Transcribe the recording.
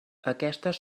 aquestes